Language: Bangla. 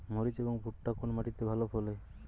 মরিচ এবং ভুট্টা কোন মাটি তে ভালো ফলে?